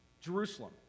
Jerusalem